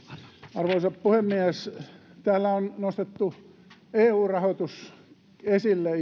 arvoisa puhemies täällä on nostettu eu rahoitus esille